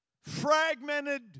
fragmented